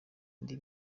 indi